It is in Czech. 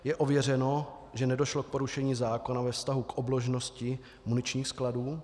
Je ověřeno, že nedošlo k porušení zákona ve vztahu k obložnosti muničních skladů?